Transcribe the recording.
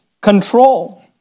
control